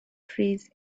trees